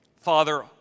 father